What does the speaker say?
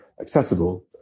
accessible